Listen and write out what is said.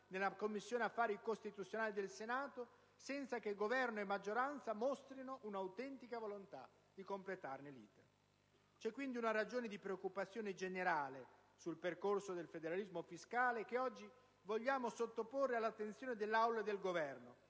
nella Commissione affari costituzionali del Senato senza che Governo e maggioranza mostrino una autentica volontà di completarne l'*iter*. C'è quindi una ragione di preoccupazione generale sul percorso del federalismo fiscale che oggi vogliamo sottoporre all'attenzione dell'Aula e del Governo,